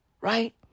Right